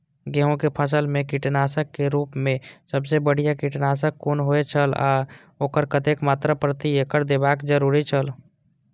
गेहूं के फसल मेय कीटनाशक के रुप मेय सबसे बढ़िया कीटनाशक कुन होए छल आ ओकर कतेक मात्रा प्रति एकड़ देबाक जरुरी छल?